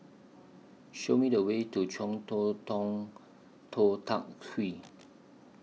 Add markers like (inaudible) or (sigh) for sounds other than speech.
Show Me The Way to Chong (unintelligible) Tong Tou Teck Hwee